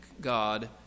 God